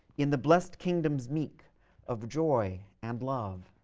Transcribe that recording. in the blest kingdoms meek of joy and love.